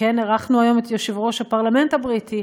שכן אירחנו היום את יושב-ראש הפרלמנט הבריטי.